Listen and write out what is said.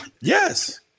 Yes